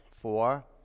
Four